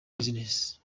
business